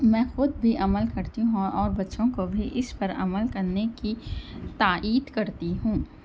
میں خود بھی عمل کرتی ہوں اور بچّوں کو بھی اس پر عمل کرنے کی تائید کرتی ہوں